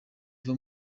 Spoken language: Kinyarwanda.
iva